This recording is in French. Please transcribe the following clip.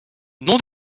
non